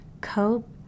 cope